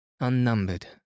unnumbered